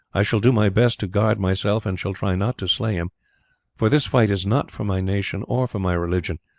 i shall do my best to guard myself, and shall try not to slay him for this fight is not for my nation or for my religion,